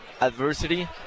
adversity